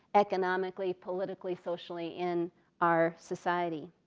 economically, politically, socially in our society.